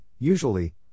usually